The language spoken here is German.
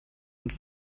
und